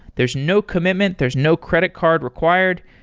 there's no commitment. there's no credit card required.